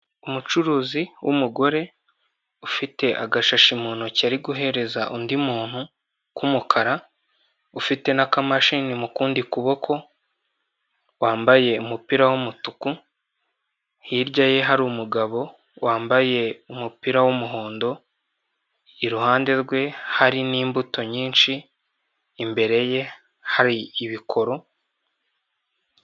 Umucuruzi w'umugore ufite agashashi mu ntoki ari guhereza umuntu k'umukara, ufite n'akamashini mu kundi kuboko wambaye umupira w'umutuku. Hirya ye hari umugabo wambaye umupira w'umuhondo, iruhande rwe hari n'imbuto nyinshi imbere ye hari ibikoro.